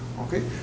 okay